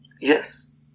Yes